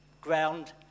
ground